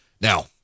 Now